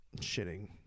shitting